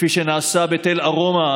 כפי שנעשה בתל א-רומה,